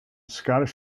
scottish